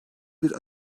bir